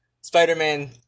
Spider-Man